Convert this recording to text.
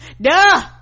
Duh